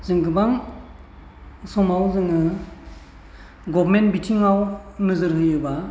जों गोबां समाव जोङो गभर्नमेन्ट बिथिङाव नोजोर होयोबा